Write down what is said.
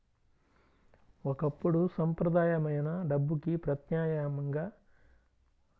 ఒకప్పుడు సంప్రదాయమైన డబ్బుకి ప్రత్యామ్నాయంగా లేబర్ ఓచర్లు అనేవి వాడుకలో ఉండేయి